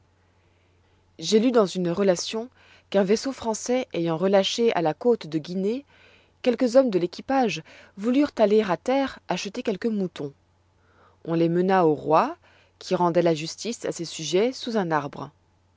j'ai lu dans une relation qu'un vaisseau français ayant relâché à la côte de guinée quelques hommes de l'équipage voulurent aller à terre acheter quelques moutons on les mena au roi qui rendoit la justice à ses sujets sous un arbre